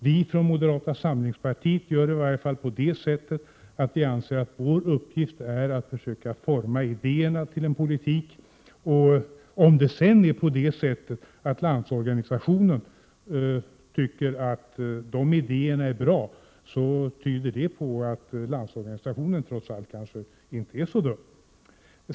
Vi från moderata samlingspartiet anser i varje fall att vår uppgift är att försöka forma idéer till en politik. Om sedan Landsorganisationen tycker att de idéerna är bra, tyder det på att Landsorganisationen trots allt kanske inte är så dum.